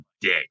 dick